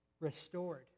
restored